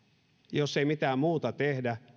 jos ei mitään muuta tehdä